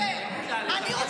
אדוני, אני לא מוכנה.